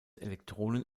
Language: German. elektronen